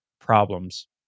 problems